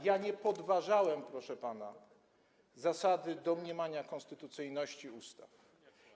Ja nie podważałem, proszę pana, zasady domniemania konstytucyjności ustaw.